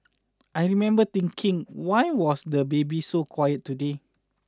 I remember thinking why was the baby so quiet today